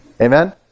Amen